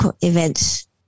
events